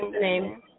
name